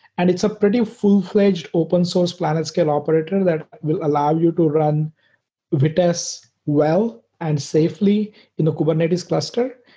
and it's a pretty full-fledged open source planetscale operator that will allow you to run vitess well and safely in the kubernetes cluster.